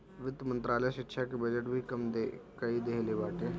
वित्त मंत्रालय शिक्षा के बजट भी कम कई देहले बाटे